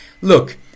look